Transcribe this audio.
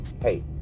hey